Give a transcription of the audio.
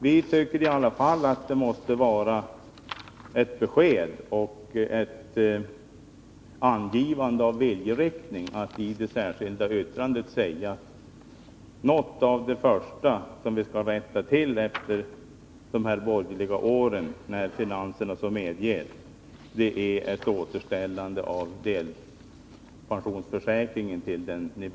Vi tycker i alla fall att det måste ges ett besked och anges en viljeinriktning, som att i det särskilda yttrandet säga att något av det första som vi skall rätta till efter de borgerliga åren när finanserna så medger är ett återställande av